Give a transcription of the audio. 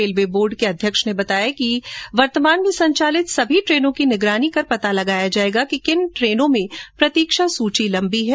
railway board के अध्यक्ष V K Yadav ने बताया है कि रेलवे वर्तमान में संचालित सभी ट्रेनों की निगरानी कर पता लगायेगा कि किन ट्रेनों में प्रतीक्षा सूची लंबी है